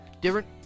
Different